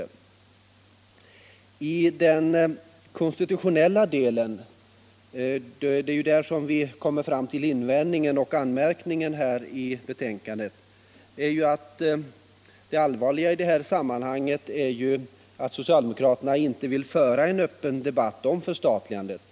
Vad gäller den konstitutionella delen i detta sammanhang —- och det är ju där vi framfört invändningar och anmärkningar i betänkandet — är det allvarliga att socialdemokraterna inte vill föra en öppen debatt om förstatligandet.